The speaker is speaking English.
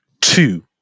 two